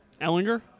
Ellinger